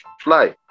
fly